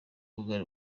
morgan